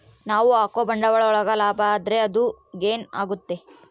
ನಾವ್ ಹಾಕೋ ಬಂಡವಾಳ ಒಳಗ ಲಾಭ ಆದ್ರೆ ಅದು ಗೇನ್ ಆಗುತ್ತೆ